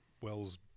Wells